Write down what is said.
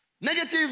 Negative